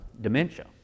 dementia